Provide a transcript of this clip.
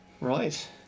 Right